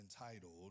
entitled